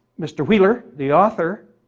mr. wheeler, the author,